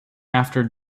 after